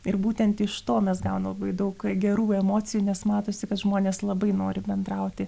ir būtent iš to mes gaunam labai daug gerų emocijų nes matosi kad žmonės labai nori bendrauti